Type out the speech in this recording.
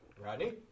Rodney